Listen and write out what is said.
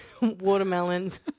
watermelons